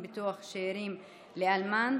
הסדרת מקצוע הרנטגנאות והדימות),